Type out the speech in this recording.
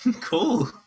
Cool